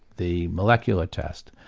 the molecular test.